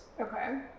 Okay